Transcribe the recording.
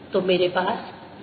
तो मेरे पास B y और B z है